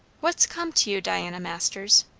what's come to you, diana masters?